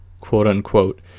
quote-unquote